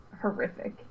horrific